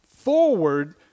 forward